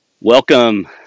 Welcome